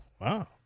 Wow